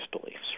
beliefs